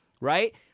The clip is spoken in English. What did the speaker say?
right